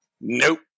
Nope